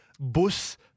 Bus